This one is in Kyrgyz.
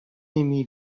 эми